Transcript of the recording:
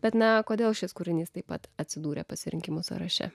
bet na kodėl šis kūrinys taip pat atsidūrė pasirinkimų sąraše